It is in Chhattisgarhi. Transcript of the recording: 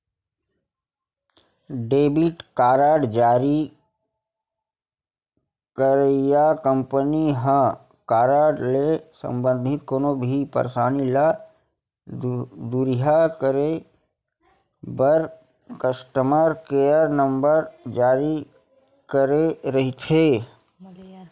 डेबिट कारड जारी करइया कंपनी ह कारड ले संबंधित कोनो भी परसानी ल दुरिहा करे बर कस्टमर केयर नंबर जारी करे रहिथे